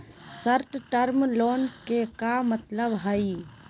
Short term loan के का मतलब हई?